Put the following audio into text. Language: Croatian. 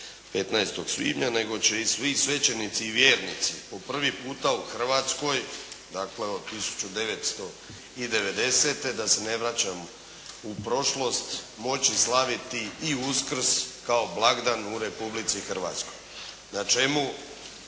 15. svibnja, nego će i svi svećenici i vjernici po prvi puta u Hrvatskoj, dakle od 1990. da se ne vraćam u prošlost moći slaviti i Uskrs kao blagdan u Republici Hrvatskoj na čemu